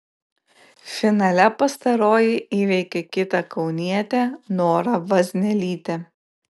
finale pastaroji įveikė kitą kaunietę norą vaznelytę